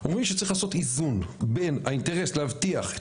אומרים שצריך לעשות איזון בין האינטרס להבטיח את